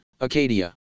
Acadia